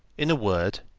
in a word,